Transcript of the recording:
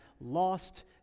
lost